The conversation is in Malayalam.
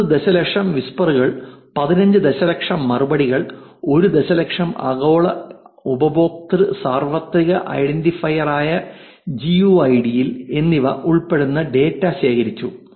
9 ദശലക്ഷം വിസ്പറുകൾ 15 ദശലക്ഷം മറുപടികൾ 1 ദശലക്ഷം ആഗോള ഉപയോക്തൃ സാർവത്രിക ഐഡന്റിഫയറായ ജിയൂഐഡി കൾ എന്നിവ ഉൾപ്പെടുന്ന ഡാറ്റ ശേഖരിച്ചു